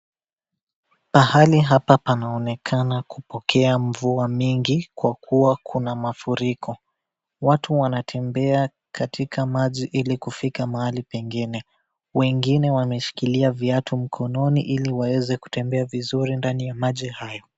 Mahali hapa panaonekana kupokea mvua mingi kwa kuwa kuna mafuriko. Watu wanatembea katika maji ili kufika mahali pengine. Wengine wameshikilia viatu mkononi ili waweze kutembea vizuri ndani ya maji hayo.